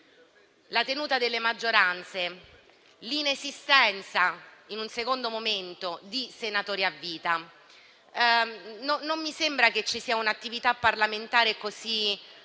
la tenuta delle maggioranze l'inesistenza, in un secondo momento, di senatori a vita. Non mi sembra che ci sia un'attività parlamentare così ricca